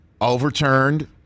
overturned